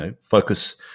focus